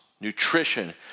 nutrition